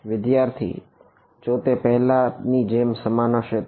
વિદ્યાર્થી જો તે પહેલાની જેમ સમાન હશે તો